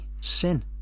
sin